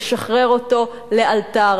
לשחרר אותו לאלתר,